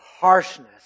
harshness